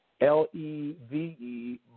L-E-V-E